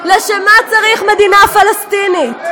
לשם מה צריך מדינה פלסטינית?